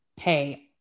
Hey